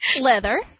leather